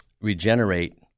regenerate